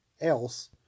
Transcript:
else